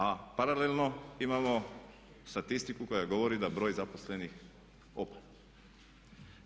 A paralelno imamo statistiku koja govori da broj zaposlenih opada.